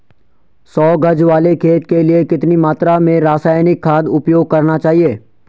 सौ गज वाले खेत के लिए कितनी मात्रा में रासायनिक खाद उपयोग करना चाहिए?